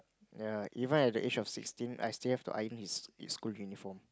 ya even at the age of sixteen I still have to iron his his school uniform